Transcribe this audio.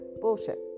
Bullshit